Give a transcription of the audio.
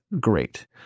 great